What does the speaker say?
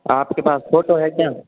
आपके पास फोटो है क्या